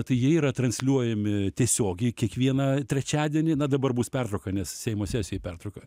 tai jie yra transliuojami tiesiogiai kiekvieną trečiadienį na dabar bus pertrauka nes seimo sesijoj pertrauka